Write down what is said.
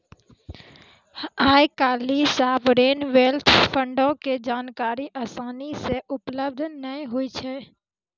आइ काल्हि sovereign wealth फंडो के जानकारी असानी से उपलब्ध नै होय छै